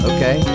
Okay